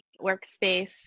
workspace